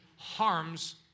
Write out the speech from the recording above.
harms